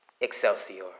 Excelsior